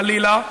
חלילה,